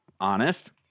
honest